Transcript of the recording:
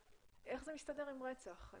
אז איך זה מסדר עם רצח?